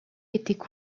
étaient